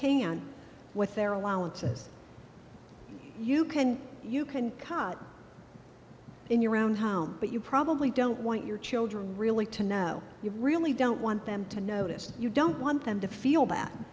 can with their allowance and you can you can cut in your own home but you probably don't want your children really to know you really don't want them to notice you don't want them to feel